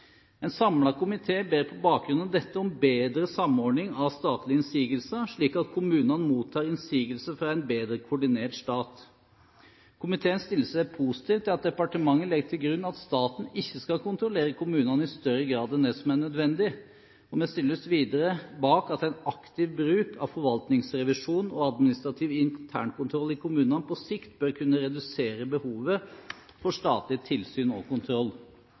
En samlet komité ber på bakgrunn av dette om bedre samordning av statlige innsigelser, slik at kommunene mottar innsigelser fra en bedre koordinert stat. Komiteen stiller seg positiv til at departementet legger til grunn at staten ikke skal kontrollere kommunene i større grad enn det som er nødvendig. Vi stiller oss videre bak at en aktiv bruk av forvaltningsrevisjon og administrativ internkontroll i kommunene på sikt bør kunne redusere behovet for statlig tilsyn og kontroll.